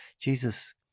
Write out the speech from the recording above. Jesus